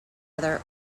other